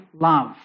love